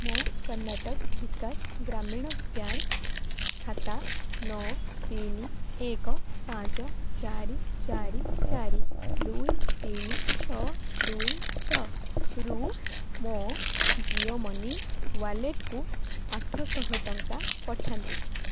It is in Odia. ମୋ କର୍ଣ୍ଣାଟକ ବିକାଶ ଗ୍ରାମୀଣ ବ୍ୟାଙ୍କ୍ ଖାତା ନଅ ତିନି ଏକ ପାଞ୍ଚ ଚାରି ଚାରି ଚାରି ଦୁଇ ତିନି ଛଅ ଦୁଇ ଛଅରୁ ମୋ ଜିଓ ମନି ୱାଲେଟ୍କୁ ଆଠଶହ ଟଙ୍କା ପଠାନ୍ତୁ